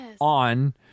on